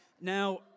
now